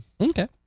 Okay